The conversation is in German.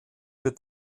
wird